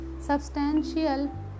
substantial